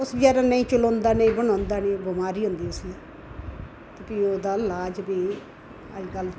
उस बेचारे नेईं चलोंदा नेईं बनोंदा नेईं बमारी होंदी उसी फ्ही ओह्दा लाज बी अज्जकल